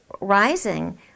rising